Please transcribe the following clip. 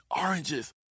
oranges